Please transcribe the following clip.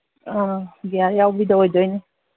ꯑꯥ ꯒ꯭ꯌꯥꯔ ꯌꯥꯎꯕꯤꯗ ꯑꯣꯏꯗꯣꯏꯅꯤ